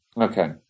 Okay